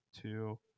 Two –